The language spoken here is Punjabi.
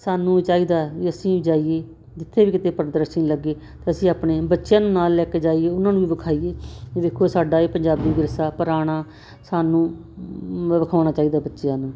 ਸਾਨੂੰ ਚਾਹੀਦਾ ਵੀ ਅਸੀਂ ਜਾਈਏ ਜਿੱਥੇ ਵੀ ਕਿਤੇ ਪ੍ਰਦਰਸ਼ਨੀ ਲੱਗੇ ਤੇ ਅਸੀਂ ਆਪਣੇ ਬੱਚਿਆਂ ਨੂੰ ਨਾਲ ਲੈ ਕੇ ਜਾਈਏ ਉਹਨਾਂ ਨੂੰ ਵਿਖਾਈਏ ਵੇਖੋ ਸਾਡਾ ਇਹ ਪੰਜਾਬੀ ਵਿਰਸਾ ਪੁਰਾਣਾ ਸਾਨੂੰ ਵਿਖਾਉਣਾ ਚਾਹੀਦਾ ਬੱਚਿਆਂ ਨੂੰ